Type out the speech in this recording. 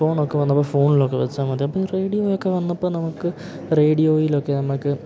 ഫോണൊക്കെ വന്നപ്പോൾ ഫോണിലൊക്കെ വെച്ചാൽ മതി അപ്പം ഈ റേഡിയോയൊക്കെ വന്നപ്പോൾ നമുക്ക് റേഡിയോയിലൊക്കെ നമുക്ക്